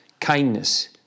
kindness